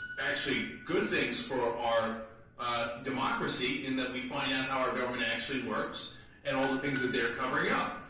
actually good things for our ah. democracy in that we find out how our government actually works and all the things that they're covering up